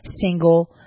single